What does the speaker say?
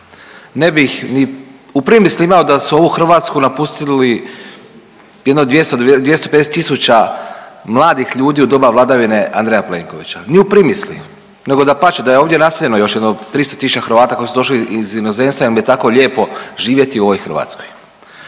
Ne bih ni u primisli imao da su ovu Hrvatsku napustili jedno 250000 mladih ljudi u doba vladavine Andreja Plenkovića, ni u primisli, nego dapače da je ovdje naseljeno još jedno 300 000 Hrvata koji su došli iz inozemstva jer im je tako lijepo živjeti u ovoj Hrvatskoj.